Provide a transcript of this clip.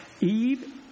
Eve